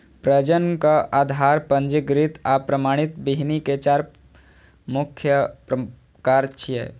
प्रजनक, आधार, पंजीकृत आ प्रमाणित बीहनि के चार मुख्य प्रकार छियै